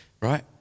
right